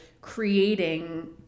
creating